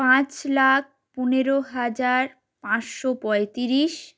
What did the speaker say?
পাঁচ লাখ পনেরো হাজার পাঁচশো পঁয়ত্রিশ